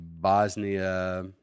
Bosnia